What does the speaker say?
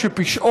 המלאה.